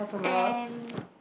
and